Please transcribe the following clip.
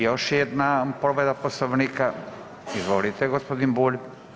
Još jedna povreda Poslovnika, izvolite gospodin Bulj.